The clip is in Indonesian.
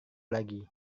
lagi